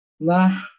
Nah